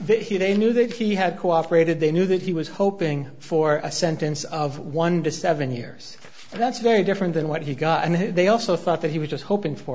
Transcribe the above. that he they knew that he had cooperated they knew that he was hoping for a sentence of one to seven years that's very different than what he got and they also thought that he was just hoping for